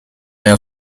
now